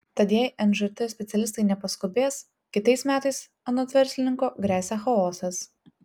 tad jei nžt specialistai nepaskubės kitais metais anot verslininko gresia chaosas